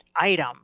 item